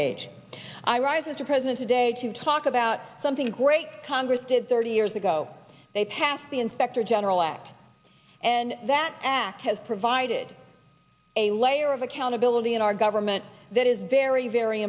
age i rise as a president today to talk about something great congress did thirty years ago they passed the inspector general act and that act has provided a layer of accountability in our government that is very very